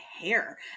hair